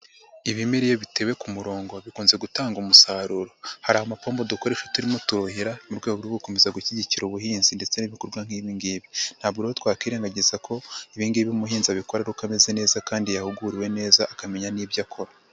Iibimera iyo bitewe ku murongo bikunze gutanga umusaruro, hari amapombo dukoresha turuhira mu rwego rwo gukomeza gushyigikira ubuhinzi ndetse n'ibikorwa nk'ibi ngibi, ntabwo rero twakirengagiza ko ibi ngibi umuhinzi abikora ari uko ameze neza kandi yahuguwe neza akamenya n'ibyo akora.